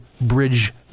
Bridge